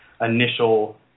initial –